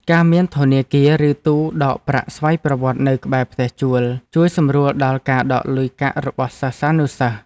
ការមានធនាគារឬទូដកប្រាក់ស្វ័យប្រវត្តនៅក្បែរផ្ទះជួលជួយសម្រួលដល់ការដកលុយកាក់របស់សិស្សានុសិស្ស។